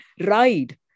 ride